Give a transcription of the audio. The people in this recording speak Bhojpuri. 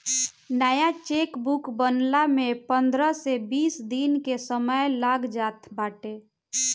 नया चेकबुक बनला में पंद्रह से बीस दिन के समय लाग जात बाटे